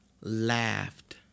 laughed